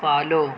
follow